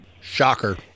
Shocker